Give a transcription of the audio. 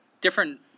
different